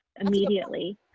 immediately